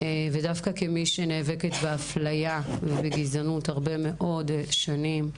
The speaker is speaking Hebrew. דווקא כמי שנאבקת באפליה וגזענות הרבה מאוד שנים,